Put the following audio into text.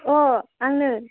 अ आंनो